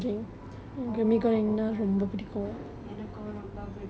oh oh my god எனக்கும் ரொம்ப பிடிக்கும்:enakkum romba pidikkum